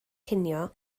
cinio